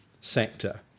sector